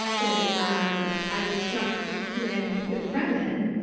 but um i was shocked when the kremlin,